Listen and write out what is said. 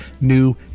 New